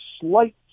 slight